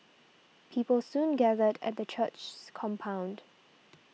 people soon gathered at the church's compound